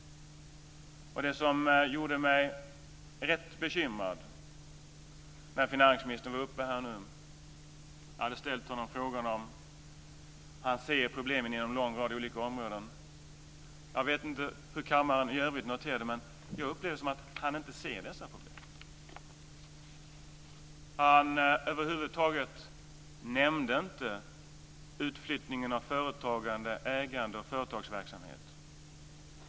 Jag blev bekymrad nu när finansministern var uppe i talarstolen. Jag hade frågat honom hur han ser på problemen i en lång rad olika områden. Jag vet inte hur den övriga kammaren noterade saken, men jag upplevde det som att han inte ser problemen. Han nämnde över huvud taget inte utflyttningen av företagande, ägande och företagsverksamhet.